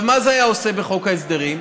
מה זה היה עושה בחוק ההסדרים?